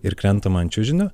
ir krentama ant čiužinio